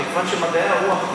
המגוון של מדעי הרוח,